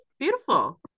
Beautiful